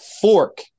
fork